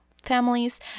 families